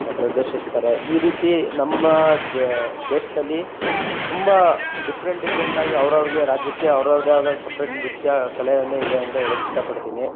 ಪ್ರದರ್ಶಿಸ್ತಾರೆ ಈ ರೀತಿ ನಮ್ಮ ದೇಶದಲ್ಲಿ ತುಂಬ ಡಿಫ್ರೆಂಟ್ ಡಿಫ್ರೆಂಟಾಗಿ ಅವ್ರವ್ರಿಗೆ ರಾಜ್ಯಕ್ಕೆ ಅವ್ರವ್ರದೇ ಆದ ಒಂದು ಸಪ್ರೇಟ್ ನೃತ್ಯ ಕಲೆ ಒಂದು ಇದೆ ಅಂತ ಹೇಳಕ್ ಇಷ್ಟಪಡ್ತಿನಿ